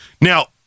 Now